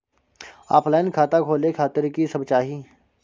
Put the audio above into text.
Offline खाता खोले खातिर की सब चाही?